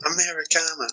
Americana